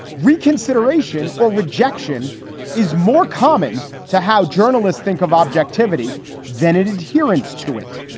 reconsideration or rejection is more common to how journalists think of objectivity than it adherence to it.